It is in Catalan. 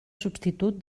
substitut